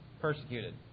persecuted